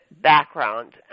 background